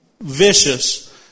vicious